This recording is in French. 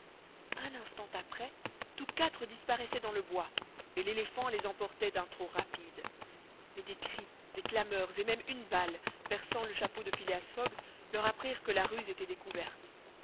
un instant après tous quatre disparaissaient dans le bois et l'éléphant les emportait d'un trot rapide mais des cris des clameurs et même une balle perçant le chapeau de phileas fogg leur apprirent que la ruse était découverte